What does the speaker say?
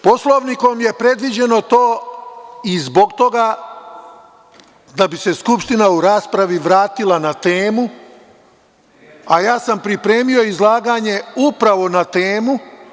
Poslovnikom je predviđeno to i zbog toga da bi se Skupština u raspravi vratila na temu, a ja sam pripremio izlaganje upravo na temu.